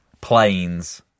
Planes